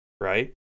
right